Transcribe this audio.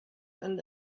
and